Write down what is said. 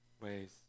ways